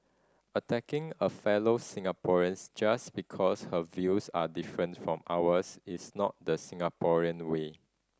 attacking a fellow Singaporeans just because her views are different from ours is not the Singaporean way